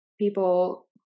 people